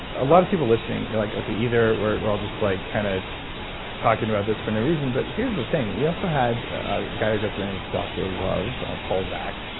a lot of people listening, you're like okay, either we're all just like kind of talking about this for no reason, but here's the thing. we also had a guy who goes by the name of dr. love, paul zak,